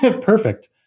perfect